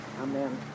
Amen